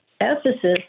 Ephesus